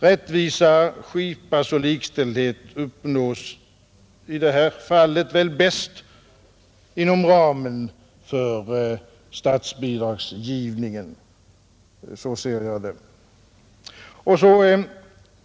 Rättvisa skipas och likställdhet uppnås i det här fallet bäst inom ramen för statsbidragsgivningen — så ser jag det.